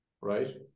right